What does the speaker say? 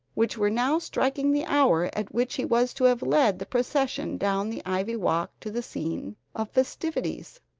which were now striking the hour at which he was to have led the procession down the ivy walk to the scene of festivities.